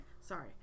Sorry